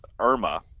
Irma